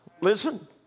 Listen